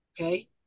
Okay